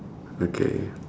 okay